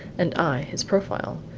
and i his profile,